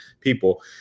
people